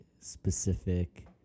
specific